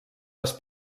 les